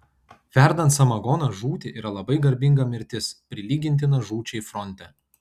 verdant samagoną žūti yra labai garbinga mirtis prilygintina žūčiai fronte